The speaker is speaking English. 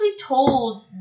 told